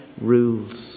rules